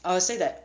I would say that